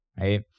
right